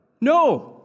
No